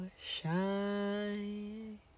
shine